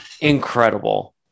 incredible